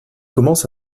commence